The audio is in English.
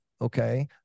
okay